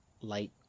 light